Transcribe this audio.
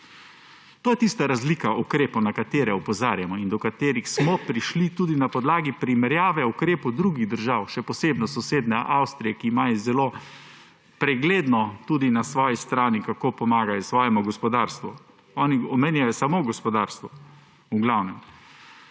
To je tista razlika ukrepov, na katere opozarjamo in do katerih smo prišli tudi na podlagi primerjave ukrepov drugih držav, še posebno sosednje Avstrije, ki imajo zelo pregledno tudi na svoji strani, kako pomagajo svojemu gospodarstvu – oni omenjajo samo gospodarstvo, v glavnem.